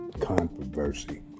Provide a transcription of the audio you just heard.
controversy